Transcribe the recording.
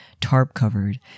tarp-covered